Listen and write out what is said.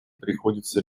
приходится